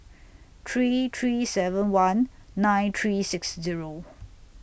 three three seven one nine three six Zero